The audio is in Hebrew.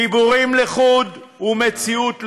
דיבורים לחוד ומציאות לחוד.